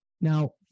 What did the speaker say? Now